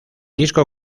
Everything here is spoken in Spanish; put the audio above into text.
disco